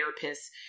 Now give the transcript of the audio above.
therapist's